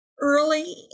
early